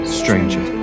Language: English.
stranger